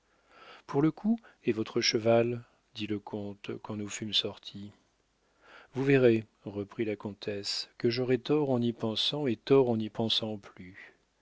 pour le coup et votre cheval dit le comte quand nous fûmes sortis vous verrez reprit la comtesse que j'aurai tort en y pensant et tort en n'y pensant plus